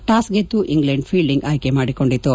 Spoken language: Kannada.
ಟಾಸ್ ಗೆದ್ದು ಇಂಗ್ಲೆಂಡ್ ಫೀಲ್ಡಿಂಗ್ ಆಯ್ಕೆ ಮಾಡಿಕೊಂಡಿತು